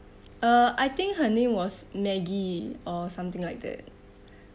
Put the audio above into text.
uh I think her name was maggie or something like that